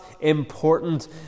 important